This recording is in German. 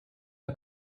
der